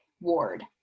ward